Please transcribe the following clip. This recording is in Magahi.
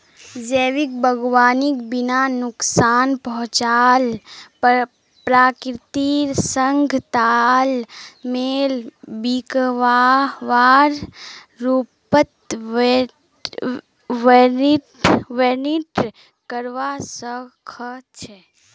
जैविक बागवानीक बिना नुकसान पहुंचाल प्रकृतिर संग तालमेल बिठव्वार रूपत वर्णित करवा स ख छ